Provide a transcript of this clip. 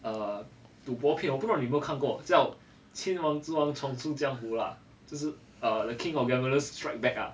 err 赌博片我不懂你有没有看过叫千王之王重出江湖啦就是 err the king of gamblers strike back ah